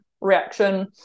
Reaction